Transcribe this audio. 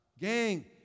Gang